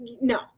no